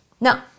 no